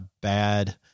bad